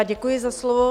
Děkuji za slovo.